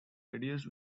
reduced